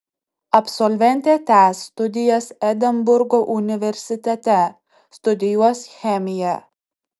absolventė tęs studijas edinburgo universitete studijuos chemiją